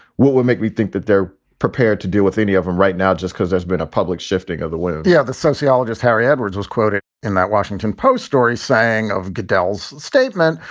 what would make me think that they're prepared to deal with any of them right now just because there's been a public shifting of the way? yeah, the sociologist harry edwards was quoted in that washington post story saying of goodell's statement,